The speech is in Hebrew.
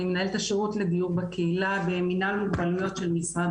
אני מנהלת השירות לדיור בקהילה ומינהל מוגבלויות של משרד